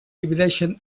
divideixen